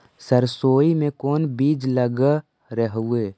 सरसोई मे कोन बीज लग रहेउ?